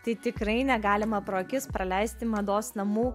tai tikrai negalima pro akis praleisti mados namų